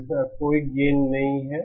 इसका कोई गेन नहीं है